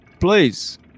Please